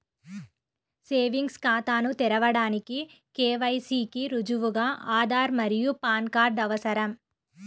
savings ఖాతాను తెరవడానికి KYC కి రుజువుగా ఆధార్ మరియు పాన్ కార్డ్ అవసరం